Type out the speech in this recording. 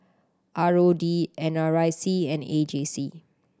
R O D N R I C and A J C